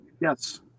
Yes